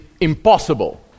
impossible